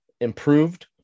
improved